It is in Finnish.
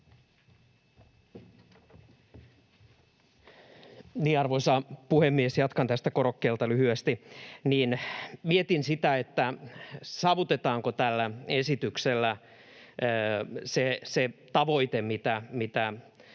Arvoisa puhemies! Jatkan tästä korokkeelta lyhyesti. — Mietin sitä, saavutetaanko tällä esityksellä se tavoite, mitä